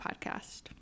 podcast